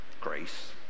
Grace